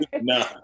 No